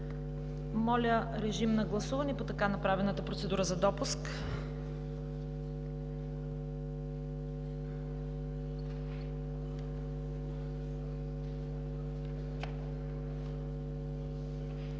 Моля, режим на гласуване по така направената процедура за допуск.